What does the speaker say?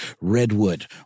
redwood